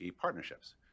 partnerships